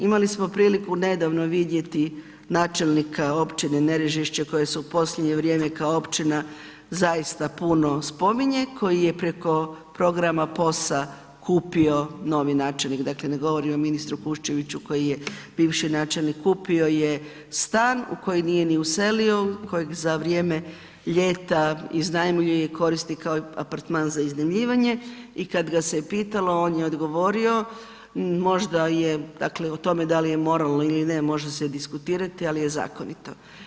Imali smo priliku nedavno vidjeti načelnika općine Nerežišće koji s u posljednje vrijeme kao općina zaista puno spominje, koji je preko programa POS-a kupio novi načelnik, dakle ne govorim o ministru Kuščeviću koji je bivši načelnik, kupio je stan u koji nije ni uselio, u kojeg za vrijeme ljeta iznajmljuje i koristi kao apartman za iznajmljivanje i kad ga se pitalo, on je odgovorio, dakle o tome da li je moralno ili ne, može se diskutirati ali je zakonito.